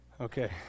Okay